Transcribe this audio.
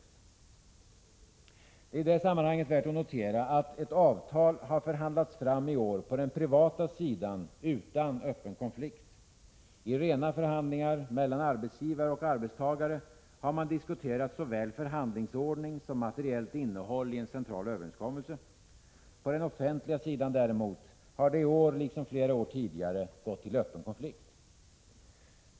Det är i detta sammanhang värt att notera, att ett avtal har förhandlats fram i år på den privata sidan utan öppen konflikt. I rena förhandlingar mellan arbetsgivare och arbetstagare har man diskuterat såväl förhandlingsordning som materiellt innehåll i en central överenskommelse. På den offentliga sidan däremot har det i år liksom flera år tidigare gått till öppen konflikt.